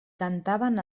cantaven